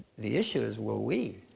the issue is, will we?